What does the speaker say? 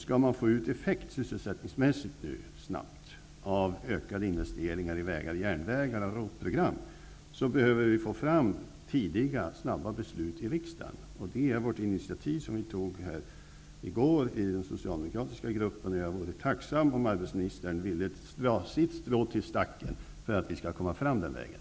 Skall man snabbt få en sysselsättningsmässig effekt av ökade investeringar i vägar och järnvägar och ROT-program behöver vi få fram tidiga och snabba beslut i riksdagen. Den socialdemokratiska gruppen tog i går ett sådant initiativ. Jag vore tacksam om arbetsmarknadsministern ville dra sitt strå till stacken för att vi skall komma fram den vägen.